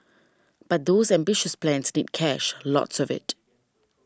but those ambitious plans need cash lots of it